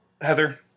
Heather